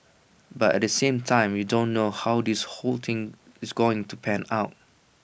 but at the same time we don't know how this whole thing is going to pan out